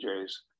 Jays